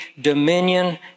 dominion